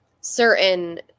certain